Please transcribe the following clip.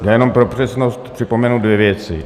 Já jenom pro přesnost připomenu dvě věci.